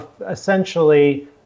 essentially